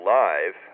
live